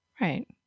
Right